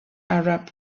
arab